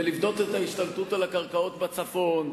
ולבדוק את ההשתלטות על הקרקעות בצפון,